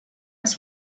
his